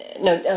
no